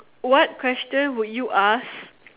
what question would you ask